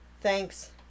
Thanks